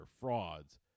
frauds